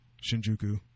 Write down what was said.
Shinjuku